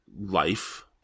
life